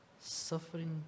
suffering